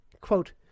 Quote